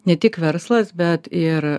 ne tik verslas bet ir